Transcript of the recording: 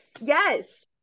yes